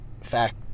fact